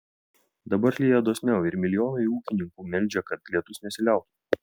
dabar lyja dosniau ir milijonai ūkininkų meldžia kad lietus nesiliautų